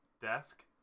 desk